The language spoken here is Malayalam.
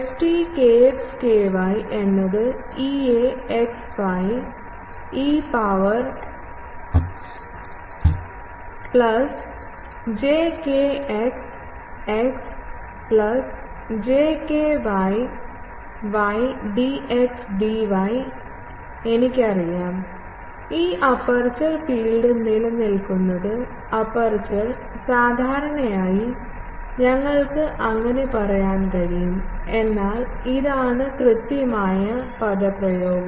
ft എന്നത് Ea e power plus j kx x plus j ky y dxdy എനിക്കറിയാം ഈ അപ്പർച്ചർ ഫീൽഡ് നിലനിൽക്കുന്നത് അപ്പർച്ചർ സാധാരണയായി നിങ്ങൾക്ക് അങ്ങനെ പറയാൻ കഴിയും എന്നാൽ ഇതാണ് കൃത്യമായ പദപ്രയോഗം